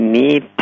need